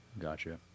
Gotcha